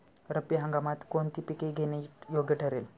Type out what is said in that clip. रब्बी हंगामात कोणती पिके घेणे योग्य ठरेल?